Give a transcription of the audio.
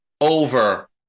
over